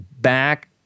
back